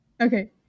okay